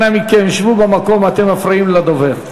אנא מכם, שבו במקום, אתם מפריעים לדובר.